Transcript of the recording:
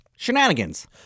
Shenanigans